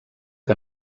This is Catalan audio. que